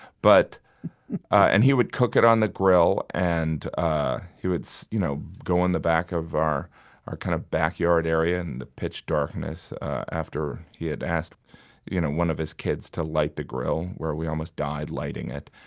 but and he would cook it on the grill. and ah he would you know go in the back of our our kind of backyard area in the pitch darkness after he had asked you know one of his kids to light the grill, where we almost died lighting it.